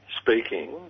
speaking